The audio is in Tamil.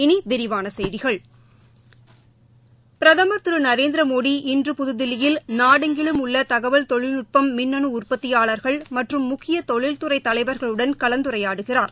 இனிவிரிவானசெய்திகள் பிரதமர் திருநரேந்திரமோடி இன்று புதுதில்லியில் நாடெங்கிலும் உள்ளதகவல் தொழில்நுட்ப மின்னணுஉற்பத்தியாளர்கள் மற்றும் முக்கியதொழில் துறைதலைவர்களுடன் கலந்துரையாடுகிறார்